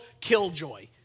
killjoy